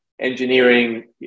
engineering